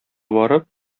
барып